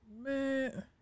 man